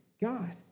God